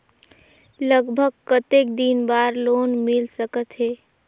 लगभग कतेक दिन बार लोन मिल सकत हे?